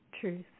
truth